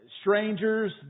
strangers